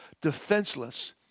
defenseless